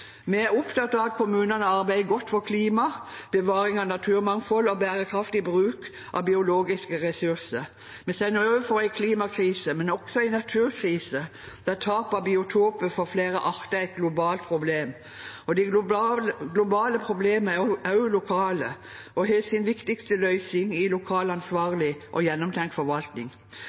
Vi er opptatt av at kommunene arbeider godt for klima, bevaring av naturmangfold og bærekraftig bruk av biologiske ressurser. Vi står overfor en klimakrise, men også en naturkrise der tap av biotoper for flere arter er et globalt problem. De globale problemene er også lokale og har sin viktigste løsning i lokal, ansvarlig og gjennomtenkt forvaltning.